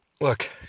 Look